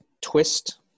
twist